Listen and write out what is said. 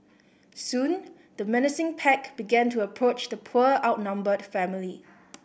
soon the menacing pack began to approach the poor outnumbered family